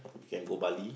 we can go Bali